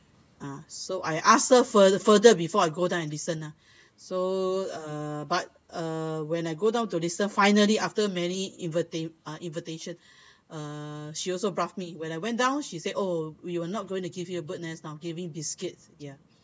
ah so I ask her fur~ further before I go down and listen lah so uh but uh when I go down to listen finally after many invi~ uh invitations uh she also brought me when I went down she said oh we were not going to give you a bird's nest I'll giving biscuits ya